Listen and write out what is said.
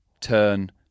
turn